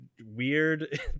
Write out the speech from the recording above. weird